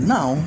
Now